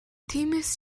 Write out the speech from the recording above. тиймээс